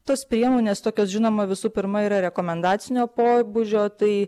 tos priemonės tokios žinoma visų pirma yra rekomendacinio pobūdžio tai